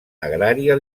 agrària